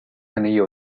anillo